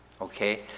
Okay